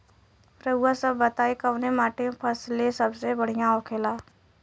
रउआ सभ बताई कवने माटी में फसले सबसे बढ़ियां होखेला?